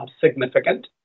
significant